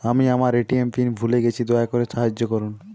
আমি আমার ATM pin ভুলে গেছি, দয়া করে সাহায্য করুন